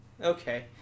Okay